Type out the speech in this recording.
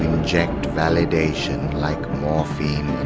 inject validation like morphine